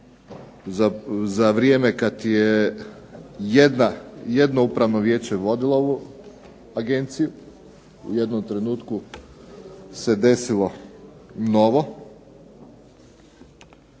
za vrijeme kad je jedno upravno vijeće vodilo ovu agenciju, u jednom trenutku se desilo novo,